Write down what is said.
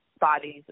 bodies